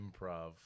improv